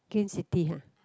gain city [huh]